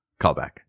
Callback